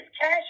cash